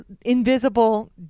invisible